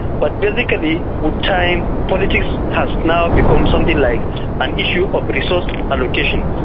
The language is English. but basically, with time politics has now become something like an issue of but resource allocation.